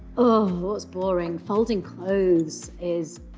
what's boring? folding clothes is